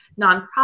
nonprofit